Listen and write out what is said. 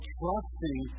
trusting